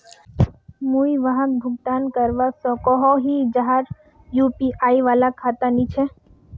मुई वहाक भुगतान करवा सकोहो ही जहार यु.पी.आई वाला खाता नी छे?